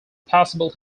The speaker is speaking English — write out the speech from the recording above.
possible